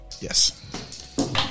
Yes